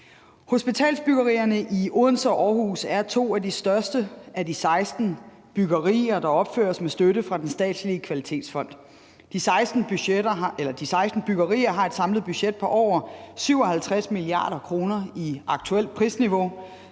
Hospitalsbyggerierne i Odense og Aarhus er to af de største af de 16 byggerier, der er opført med støtte fra den statslige kvalitetsfond. De 16 byggerier har et samlet budget på over 57 mia. kr. i aktuelt prisniveau,